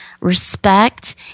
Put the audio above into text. respect